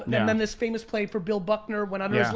then then this famous play for bill buckner went under his,